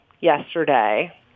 yesterday